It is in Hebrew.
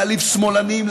להעליב שמאלנים,